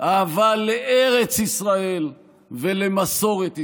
אהבה לארץ ישראל ולמסורת ישראל.